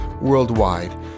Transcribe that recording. worldwide